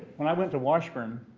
when i went to washburn,